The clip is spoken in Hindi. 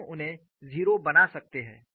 हम उन्हें 0 बना सकते हैं